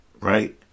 right